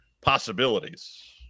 possibilities